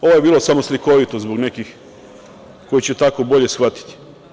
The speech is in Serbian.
Ovo je bilo samo slikovito zbog nekih koji će tako bolje shvatiti.